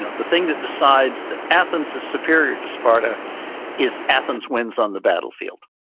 the thing that decides that athens is superior to sparta is athens wins on the battlefield.